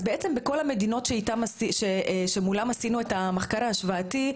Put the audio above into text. אז בעצם בכל המדינות שמולן עשינו את המחקר ההשוואתי,